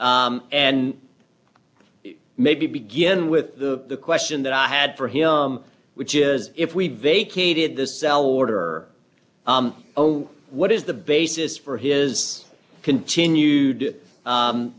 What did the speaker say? and maybe begin with the question that i had for him which is if we vacated the cell order o what is the basis for his continued